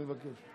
אני מבקש.